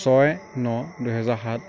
ছয় ন দুহেজাৰ সাত